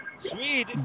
Sweet